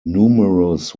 numerous